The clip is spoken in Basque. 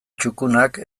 txukunak